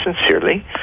sincerely